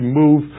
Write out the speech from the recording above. move